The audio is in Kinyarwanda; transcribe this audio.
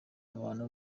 abantu